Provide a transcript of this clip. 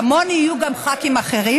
כמוני יהיו גם ח"כים אחרים,